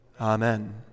Amen